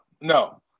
No